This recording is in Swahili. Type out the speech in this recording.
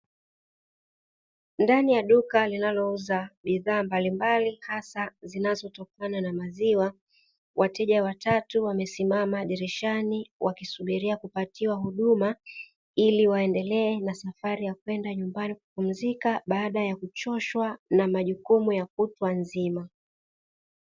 Ndani ya duka linalouza bidhaa mbalimbali hasa zinazotokana na maziwa, wateja watatu wamesimama dirishani wakisubiria kupatiwa huduma, ili waendelee na safari ya kwenda nyumbani kupumzika baada ya kuchoshwa na majukumu ya kutwa nzima.